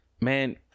Man